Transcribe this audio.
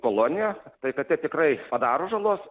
kolonija tai katė tikrai padaro žalos